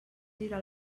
gira